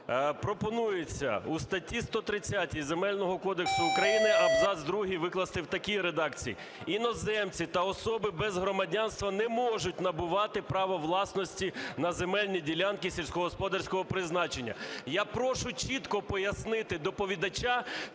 Пропонується у статті 130 Земельного кодексу України абзац другий викласти в такій редакції: "Іноземці та особи без громадянства не можуть набувати право власності на земельні ділянки сільськогосподарського призначення". Я прошу чітко пояснити доповідача,